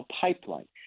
pipeline